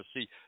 See